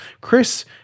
Chris